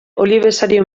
olibesario